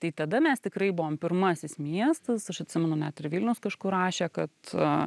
tai tada mes tikrai buvom pirmasis miestas aš atsimenu net ir vilniaus kažkur rašė kad